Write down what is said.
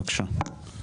בבקשה.